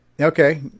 Okay